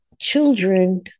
children